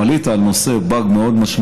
או עלית על נושא מאוד משמעותי,